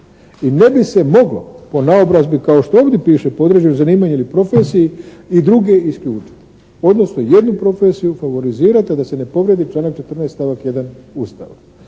I ne bi se moglo po naobrazbi kao što ovdje piše po određenom zanimanju ili profesiji i druge isključiti. Odnosno jednu profesiju favorizirati a da se ne povrijedi članak 14. stavak 1. Ustava.